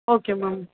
okay ma'am